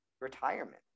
retirement